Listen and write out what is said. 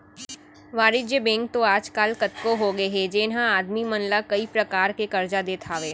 वाणिज्य बेंक तो आज काल कतको होगे हे जेन ह आदमी मन ला कई परकार के करजा देत हावय